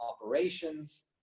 operations